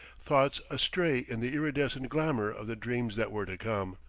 thoughts astray in the irridescent glamour of the dreams that were to come.